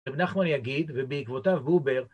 ‫ואנחנו, אני אגיד, ‫ובעקבותיו בובר,